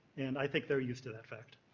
and i think they're used to that fact.